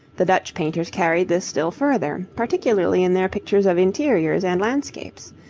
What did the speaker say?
the dutch painters carried this still further, particularly in their pictures of interiors and landscapes.